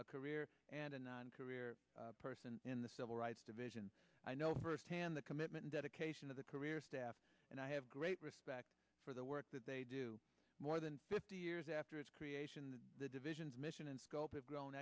a career and a nine career person in the civil rights division i know firsthand the commitment dedication of the career staff and i have great respect for the work that they do more than fifty years after its creation the divisions mission and scope it grown